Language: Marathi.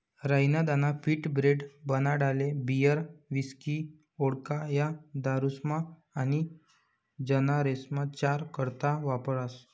राई ना दाना पीठ, ब्रेड, बनाडाले बीयर, हिस्की, वोडका, या दारुस्मा आनी जनावरेस्ना चारा करता वापरास